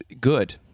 good